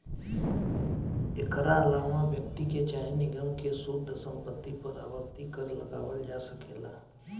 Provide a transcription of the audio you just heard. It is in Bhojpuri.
एकरा आलावा व्यक्ति के चाहे निगम के शुद्ध संपत्ति पर आवर्ती कर लगावल जा सकेला